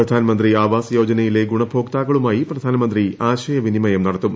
പ്രധാൻമന്ത്രി ആവാസ് യോജിനുയിലെ ഗുണഭോക്താക്കളുമായി പ്രധാനമന്ത്രി ആശയവിന്നിമയ്ക്ക് നടത്തും